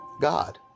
god